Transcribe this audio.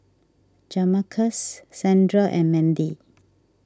Jamarcus Sandra and Mandy